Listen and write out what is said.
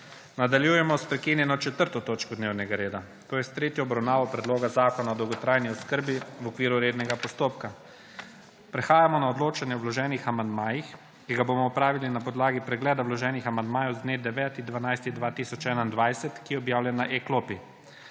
Nadaljujemo s prekinjeno 4. točko dnevnega reda, to je s tretjo obravnavo Predlolga zakona o dolgotrajni oskrbi v okviru rednega postopka. Prehajamo na odločanje o vloženih amandmajih, ki ga bomo opravili na podlagi pregleda vloženih amandmajev z dne 9. 12. 2021, ki je objavljen na E-klopi.